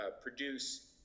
produce